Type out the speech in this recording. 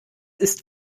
ist